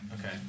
Okay